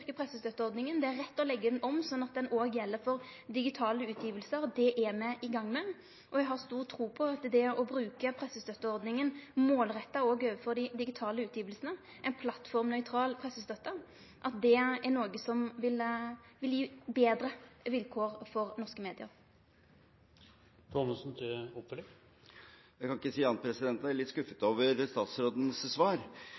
det er rett å leggje ho om slik at ho òg gjeld for digitale utgjevingar. Det er me i gang med, og eg har stor tru på at det å bruke pressestøtteordninga målretta òg overfor dei digitale utgjevingane – ei plattformnøytral pressestøtte – er noko som vil gje betre vilkår for norske medium. Jeg kan ikke si annet enn at jeg er litt